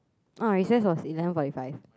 oh recess was eleven forty five